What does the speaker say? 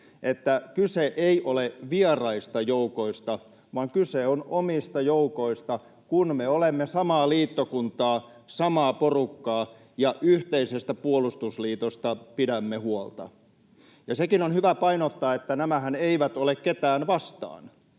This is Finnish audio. että kyse ei ole vieraista joukoista, vaan kyse on omista joukoista, kun me olemme samaa liittokuntaa, samaa porukkaa ja yhteisestä puolustusliitosta pidämme huolta. Ja sitäkin on hyvä painottaa, että nämähän eivät ole ketään vastaan.